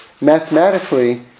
...mathematically